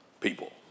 people